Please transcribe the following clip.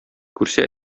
күрсә